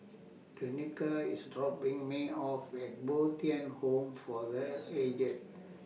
Danika IS dropping Me off At Bo Tien Home For The Aged